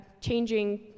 changing